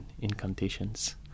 incantations